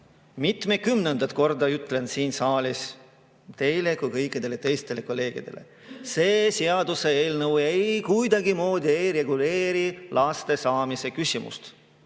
Mitmekümnendat korda ütlen siin saalis nii teile kui ka kõikidele teistele kolleegidele: see seaduseelnõu kuidagimoodi ei reguleeri laste saamise küsimust.